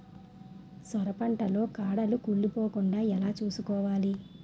సొర పంట లో కాడలు కుళ్ళి పోకుండా ఎలా చూసుకోవాలి?